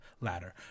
ladder